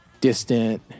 distant